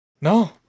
No